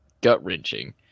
gut-wrenching